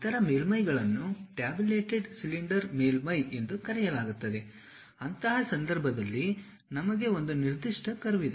ಇತರ ಮೇಲ್ಮೈಗಳನ್ನು tabulated cylinder ಮೇಲ್ಮೈ ಎಂದು ಕರೆಯಲಾಗುತ್ತದೆ ಅಂತಹ ಸಂದರ್ಭದಲ್ಲಿ ನಮಗೆ ಒಂದು ನಿರ್ದಿಷ್ಟ ಕರ್ವ್ ಇದೆ